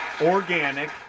organic